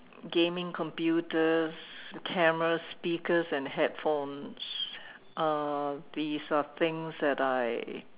gaming computers cameras speakers and headphones uh these are things that I